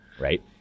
right